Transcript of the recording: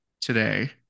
today